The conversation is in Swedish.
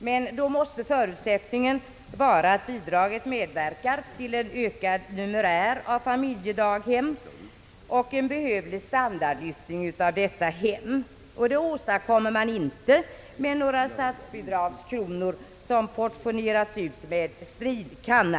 Men då måste förutsättningen vara att bidraget medverkar till en ökad numerär av familjedaghem... och en välbehövlig standardlyftning av dessa hem. Det åstadkommer man emellertid inte med några statsbidragskronor som portioneras ut med strilkanna.